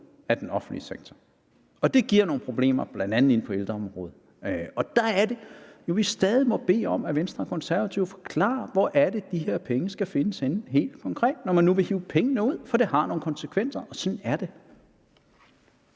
af den offentlige sektor, og det giver nogle problemer, bl.a. inden for ældreområdet. Der er det, vi stadig må bede om, at Venstre og Konservative forklarer, hvor det helt konkret er, de her penge skal findes henne, når man nu vil hive pengene ud. For det har nogle konsekvenser, og sådan er det.